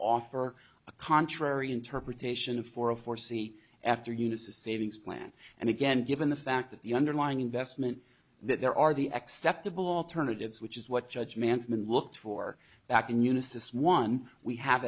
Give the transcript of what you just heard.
offer a contrary interpretation for a foresee after eunice's savings plan and again given the fact that the underlying investment there are the acceptable alternatives which is what judge mansmann looked for back in unisys one we have